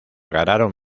ganaron